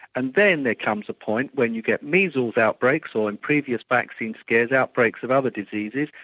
and then there comes a point when you get measles outbreaks or in previous vaccine scares, outbreaks of other diseases,